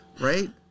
right